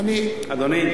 אדוני,